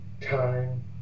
time